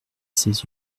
ses